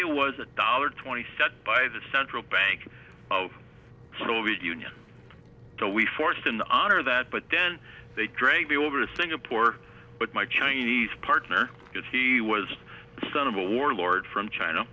value was a dollar twenty set by the central bank of soviet union so we forged an honor that but then they dragged me over to singapore but my chinese partner because he was sent him a warlord from china